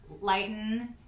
lighten